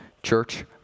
Church